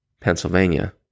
Pennsylvania